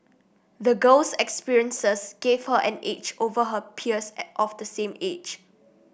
the girl's experiences gave her an edge over her peers of the same age